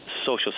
social